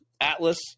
Atlas